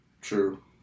True